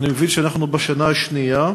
ואני מבין שאנחנו בשנה השנייה.